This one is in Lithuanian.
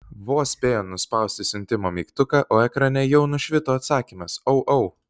vos spėjo nuspausti siuntimo mygtuką o ekrane jau nušvito atsakymas au au